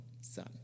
son